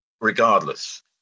regardless